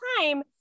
time